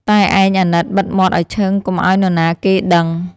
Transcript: តែឯងអាណិតបិទមាត់ឱ្យឈឹង កុំឱ្យនរណាគេដឹង